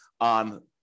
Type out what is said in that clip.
on